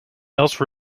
else